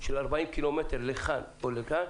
של 40 קילומטרים לכאן או לכאן,